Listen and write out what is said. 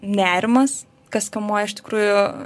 nerimas kas kamuoja iš tikrųjų